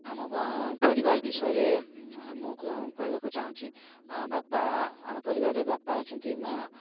ଆମ ପରିବାର ବିଷୟରେ ମୁଁ କହିବାକୁ ଚାହୁଁଛି ବାପା ଆମ ପରିବାରରେ ବାପା ଅଛନ୍ତି ମାଆ